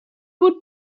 would